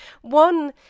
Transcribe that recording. One